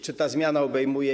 Czy ta zmiana je obejmuje?